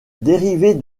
dérivée